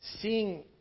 seeing